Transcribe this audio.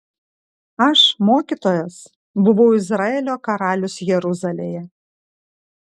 aš mokytojas buvau izraelio karalius jeruzalėje